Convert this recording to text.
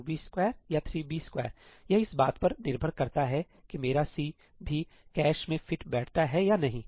2b2 या 3b2 यह इस बात पर निर्भर करता है कि मेरा C भी कैश में फिट बैठता है या नहीं